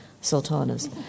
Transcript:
Sultana's